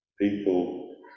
People